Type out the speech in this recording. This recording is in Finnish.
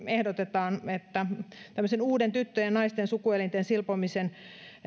ehdotetaan tämmöisen uuden tyttöjen ja naisten sukuelinten silpomisen